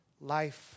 life